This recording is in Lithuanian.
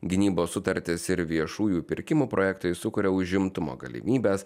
gynybos sutartys ir viešųjų pirkimų projektai sukuria užimtumo galimybes